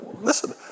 Listen